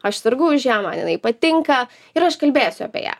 aš sergau už ją man jinai patinka ir aš kalbėsiu apie ją